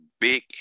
Big